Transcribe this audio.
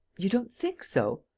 you don't think so!